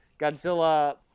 Godzilla